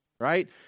right